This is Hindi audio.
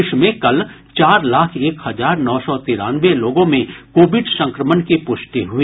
देश में कल चार लाख एक हजार नौ सौ तिरानवे लोगों में कोविड संक्रमण की प्रष्टि हई